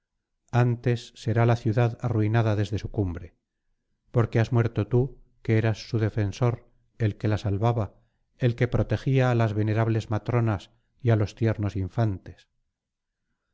antes será la ciudad arruinada desde su cumbre porque has muerto tú que eras su defensor el que la salvaba el que protegía á las venerables matronas y á los tiernos infantes